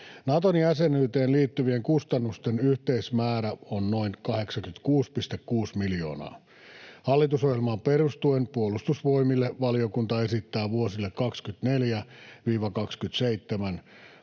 Naton jäsenyyteen liittyvien kustannusten yhteismäärä on noin 86,6 miljoonaa. Hallitusohjelmaan perustuen valiokunta esittää Puolustusvoimille